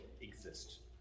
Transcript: exist